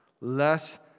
less